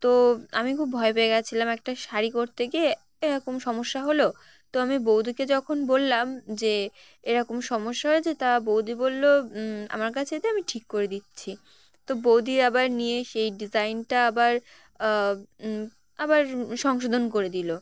তো আমি খুব ভয় পেয়ে গিয়েছিলাম একটা শাড়ি করতে গিয়ে এরকম সমস্যা হলো তো আমি বৌদিকে যখন বললাম যে এরকম সমস্যা হয়েছে তা বৌদি বললো আমার কাছে দে আমি ঠিক করে দিচ্ছি তো বৌদি আবার নিয়ে সেই ডিজাইনটা আবার আবার সংশোধন করে দিলো